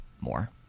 more